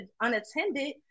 unattended